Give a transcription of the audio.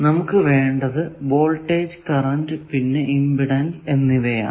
നമുക്ക് വേണ്ടത് voltage current പിന്നെ ഇമ്പിഡൻസ് എന്നിവയാണ്